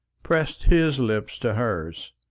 pressed his lips to hers.